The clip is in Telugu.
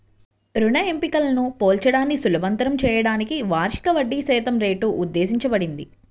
రుణ ఎంపికలను పోల్చడాన్ని సులభతరం చేయడానికి వార్షిక వడ్డీశాతం రేటు ఉద్దేశించబడింది